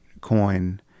coin